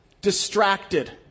distracted